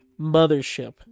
mothership